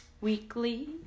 weekly